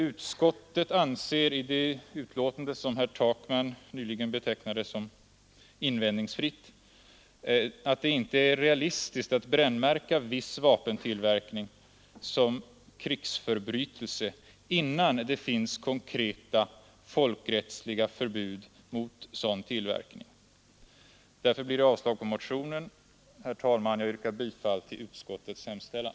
Utskottet anser — i det betänkande som herr Takman nyss betecknade som invändningsfritt — att det inte är realistiskt att brännmärka viss vapentillverkning som krigsförbrytelse innan det finns konkreta folkrättsliga förbud mot sådan tillverkning. Därför har utskottet avstyrkt motionen. Herr talman! Jag yrkar bifall till utskottets hemställan.